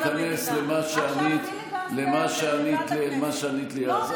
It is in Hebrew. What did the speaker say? אני לא רוצה להיכנס למה שענית לי אז.